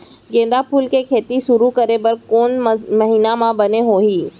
गेंदा फूल के खेती शुरू करे बर कौन महीना मा बने होही?